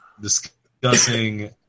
Discussing